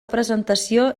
presentació